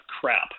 crap